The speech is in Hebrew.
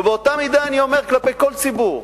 ובאותה מידה אני אומר כלפי כל ציבור: